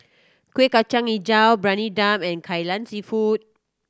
Kuih Kacang Hijau Briyani Dum and Kai Lan Seafood